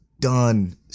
Done